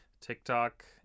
TikTok